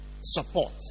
support